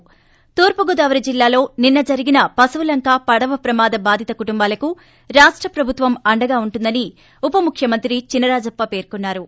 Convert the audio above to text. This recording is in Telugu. ి తూర్పుగోదావరి జిల్లాలో నిన్స జరిగిన పశువులంక పడవ ప్రమాద బాధిత కుటుంబాలకు రాష్ట ప్రభుత్వం అండగా ఉంటుందని ఉప ముఖ్యమంత్రి చినరాజప్ప పేర్కొన్నారు